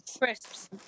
Crisps